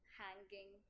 hanging